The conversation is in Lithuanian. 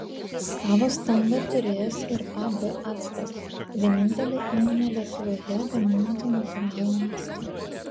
savo stendą turės ir ab actas vienintelė įmonė lietuvoje gaminanti natūralų actą